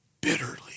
bitterly